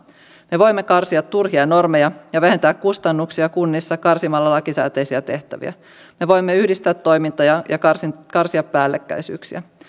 me voimme karsia turhia normeja ja vähentää kustannuksia kunnissa karsimalla lakisääteisiä tehtäviä me voimme yhdistää toimintoja ja karsia päällekkäisyyksiä